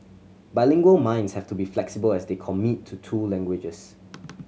bilingual minds have to be flexible as they commit to two languages